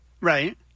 right